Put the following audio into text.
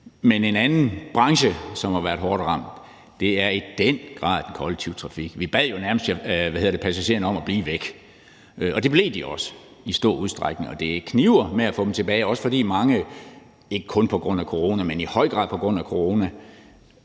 Men en anden branche, som har været hårdt ramt, er i den grad den kollektive trafik. Vi bad jo nærmest passagererne om at blive væk, og det blev de også i stor udstrækning, og det kniber med at få dem tilbage, også fordi mange i mellemtiden – ikke kun på grund af corona, men i høj grad på grund af corona